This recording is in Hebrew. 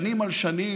שנים על שנים,